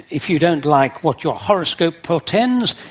if you don't like what your horoscope portends,